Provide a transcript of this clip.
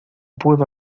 puedo